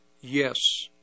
Yes